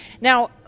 Now